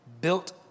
Built